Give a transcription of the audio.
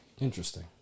Interesting